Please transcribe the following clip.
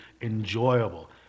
enjoyable